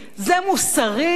זה מוסרי?